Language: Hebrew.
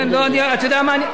אתה יודע מה, אני,